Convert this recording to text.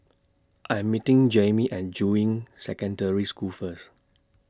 I'm meeting Jaimie At Juying Secondary School First